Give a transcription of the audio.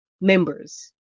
members